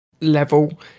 level